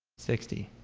sixty